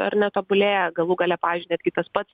ar ne tobulėja galų gale pavyzdžiui netgi tas pats